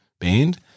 band